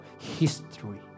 history